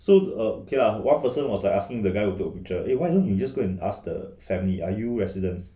so uh okay lah one person was like asking the guy with the picture eh why don't you just go and ask the family are you residents